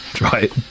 right